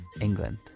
England